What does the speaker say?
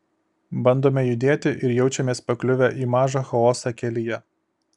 bandome judėti ir jaučiamės pakliuvę į mažą chaosą kelyje